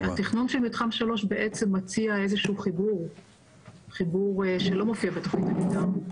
התכנון של מתחם 3 בעצם מציע איזשהו חיבור שלא מופיע בתוכנית המתאר,